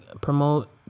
promote